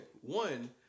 one